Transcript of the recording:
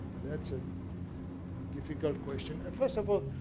that's a difficult question. and first of all,